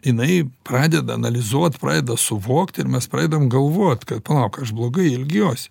jinai pradeda analizuot pradeda suvokti ir mes pradedam galvot kad palauk aš blogai elgiuosi